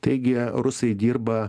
taigi rusai dirba